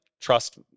trust